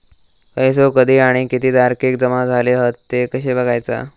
पैसो कधी आणि किती तारखेक जमा झाले हत ते कशे बगायचा?